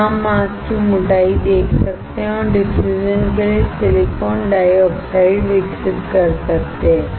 यहां आप मास्क की मोटाई देख सकते हैं और डिफ्यूजन के लिए सिलिकॉन डाइऑक्साइड विकसित कर सकते हैं